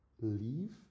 leave